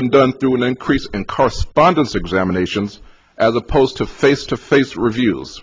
been done through an increase in correspondence examinations as opposed to face to face reviews